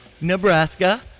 Nebraska